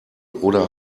oder